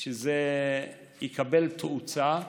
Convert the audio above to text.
שזה יקבל תאוצה.